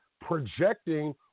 projecting